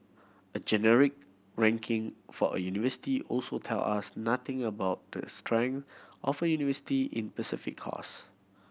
a generic ranking for a university also tell us nothing about the strength of university in course